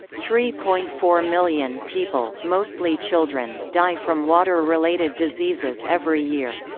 three point four million people, mostly children, die from water related diseases every year.